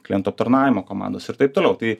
klientų aptarnavimo komandos ir taip toliau tai